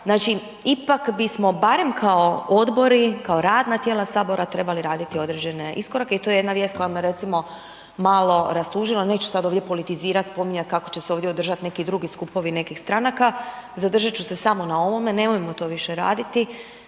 Znači ipak bismo barem kao odbori, kao radna tijela Sabora trebali raditi određene iskorake i to je jedna vijest koja me recimo malo rastužila. Neću sada ovdje politizirati, spominjati kako će se ovdje održati neki drugi skupovi nekih stranaka, zadržati ću se samo na ovome, nemojmo to više raditi.